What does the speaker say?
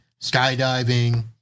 skydiving